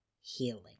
healing